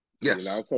Yes